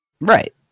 Right